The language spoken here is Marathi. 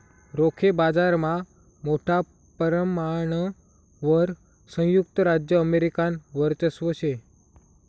रोखे बाजारमा मोठा परमाणवर संयुक्त राज्य अमेरिकानं वर्चस्व शे